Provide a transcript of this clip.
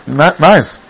nice